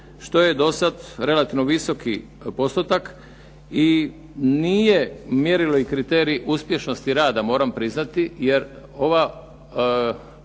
što je dosad relativno visoki postotak i nije mjerilo i kriterij uspješnosti rada, moram priznati, jer ova,